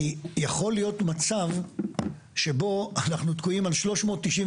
כי יכול להיות מצב שבו אנחנו תקועים על 399,